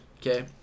Okay